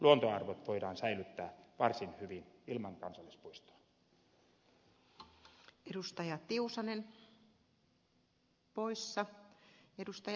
luontoarvot voidaan säilyttää varsin hyvin ilman kansallispuistoa